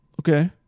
Okay